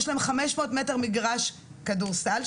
יש להם 500 מטר מגרש כדורסל,